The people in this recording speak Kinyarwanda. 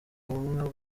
ubumwe